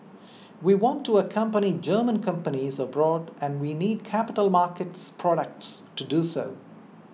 we want to accompany German companies abroad and we need capital markets products to do so